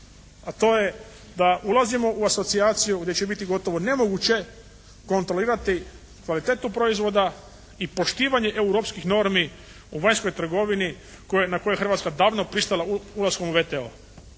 a to je da ulazimo u asocijaciju gdje će biti gotovo nemoguće kontrolirati kvalitetu proizvoda i poštivanje europskih normi u vanjskoj trgovini na koje je Hrvatska davno pristala ulaskom u WTO